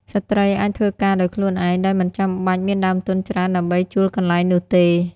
ស្ត្រីអាចធ្វើការដោយខ្លួនឯង ដោយមិនចាំបាច់មានដើមទុនច្រើនដើម្បីជួលកន្លែងនោះទេ។